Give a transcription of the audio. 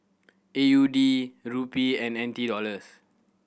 A U D Rupee and N T Dollars